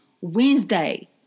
wednesday